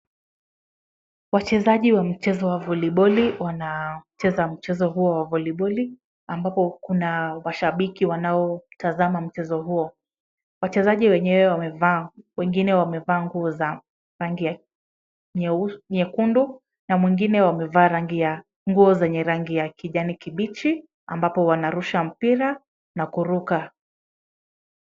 Wachezaji wa mchezo wa voliboli wanacheza mchezo huo wa voliboli ambapo kuna washabiki wanaotazama mchezo huo. Wachezaji wengine wamevaa nguo za rangi ya nyekundu na mwingine wamevaa nguo zenye rangi ya kijani kibichi ambapo wanarusha mpira na kuruka.